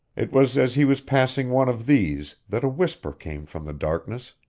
it was as he was passing one of these that a whisper came from the darkness